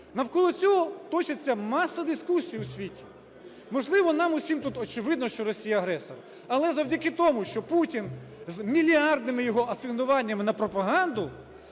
Навколо цього точиться маса дискусій у світі. Можливо, нам усім тут очевидно, що Росія – агресор, але завдяки тому, що Путін з мільярдними його асигнуваннями на пропаганду,